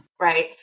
right